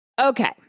Okay